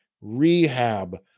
rehab